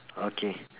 okay